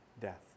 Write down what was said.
death